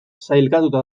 sailkatuta